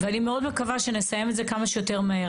ואני מאוד מקווה שנסיים את זה כמה שיותר מהר.